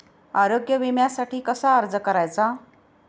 आरोग्य विम्यासाठी कसा अर्ज करायचा?